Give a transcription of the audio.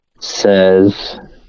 says